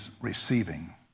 receiving